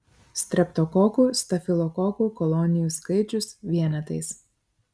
streptokokų stafilokokų kolonijų skaičius vienetais